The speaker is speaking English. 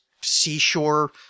seashore